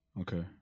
Okay